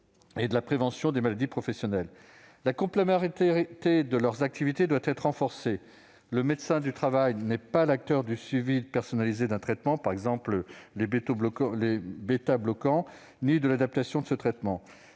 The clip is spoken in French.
et de la prévention des maladies professionnelles. La complémentarité de leurs activités doit être renforcée. Le médecin du travail n'est pas l'acteur du suivi personnalisé d'un traitement- aux bêtabloquants, par exemple -, ni de l'adaptation de ce traitement.